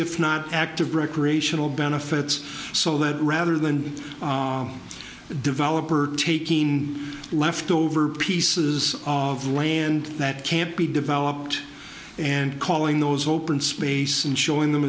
if not active recreational benefits so that rather than developer taking in leftover pieces of land that can't be developed and calling those open space and showing them